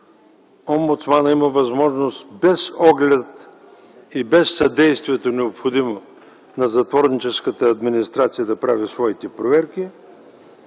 Омбудсманът има възможност без оглед и без необходимото съдействие на затворническата администрация да прави своите проверки.